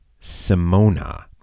Simona